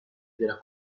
della